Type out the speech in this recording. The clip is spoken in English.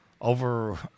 over